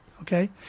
Okay